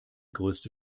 größte